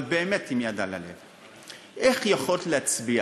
אבל באמת עם יד על הלב: איך יכולת להצביע